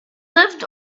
lived